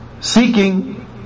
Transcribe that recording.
seeking